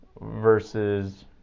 versus